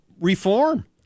reform